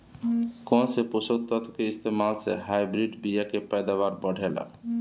कौन से पोषक तत्व के इस्तेमाल से हाइब्रिड बीया के पैदावार बढ़ेला?